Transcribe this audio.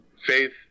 Faith